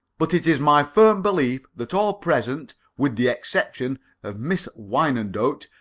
but it is my firm belief that all present, with the exception of miss wyandotte,